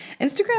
Instagram